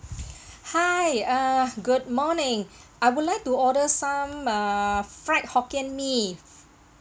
hi uh good morning I would like to order some uh fried hokkien mee